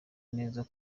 neza